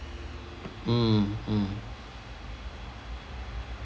mm mm